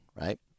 right